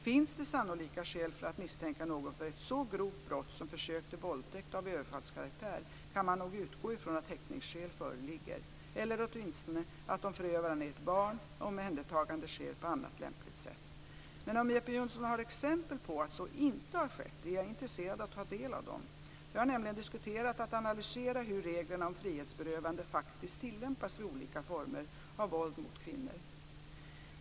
Finns det sannolika skäl för att misstänka någon för ett så grovt brott som försök till våldtäkt av överfallskaraktär kan man nog utgå från att häktningsskäl föreligger eller åtminstone att, om förövaren är ett barn, omhändertagande sker på annat lämpligt sätt. Men om Jeppe Johnsson har exempel på att så inte har skett är jag intresserad av att ta del av dem. Vi har nämligen diskuterat att analysera hur reglerna om frihetsberövanden faktiskt tillämpas vid olika former av våld mot kvinnor.